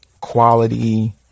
quality